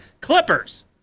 Clippers